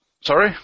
Sorry